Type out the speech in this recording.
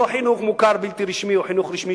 לא חינוך מוכר בלתי רשמי או חינוך רשמי